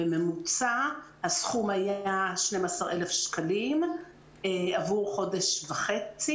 בממוצע, הסכום היה 12,000 שקלים עבור חודש וחצי.